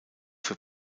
für